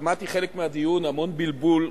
שמעתי בחלק מהדיון המון בלבול.